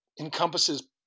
encompasses